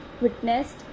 witnessed